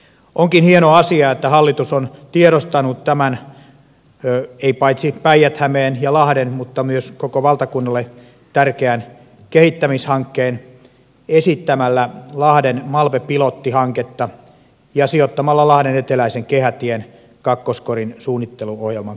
onkin hieno asia että hallitus on tiedostanut tämän paitsi päijät hämeelle ja lahdelle myös koko valtakunnalle tärkeän kehittämishankkeen esittämällä lahden malpe pilottihanketta ja sijoittamalla lahden eteläisen kehätien kakkoskorin suunnitteluohjelman kohteeksi